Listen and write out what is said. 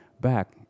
back